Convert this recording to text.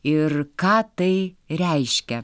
ir ką tai reiškia